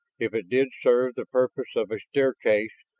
if it did serve the purpose of a staircase,